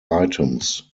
items